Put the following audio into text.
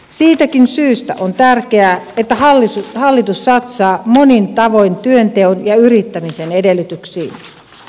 siitäkin syystä on tärkeää että hallitus satsaa monin tavoin työnteon ja yrittämisen edellytyksiin